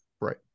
Right